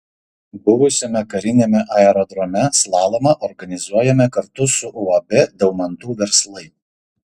buvusiame kariniame aerodrome slalomą organizuojame kartu su uab daumantų verslai